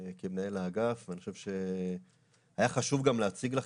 כמנהל האגף ואני חושב שהיה חשוב גם להציג לך,